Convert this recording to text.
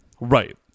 Right